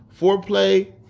foreplay